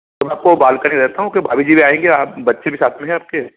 तो मैं आपको बालकनी रहता हूँ कि भाभी जी भी आएँगी और आप बच्चे भी साथ में हैं आपके